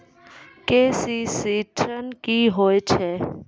KCC ॠन की होय छै?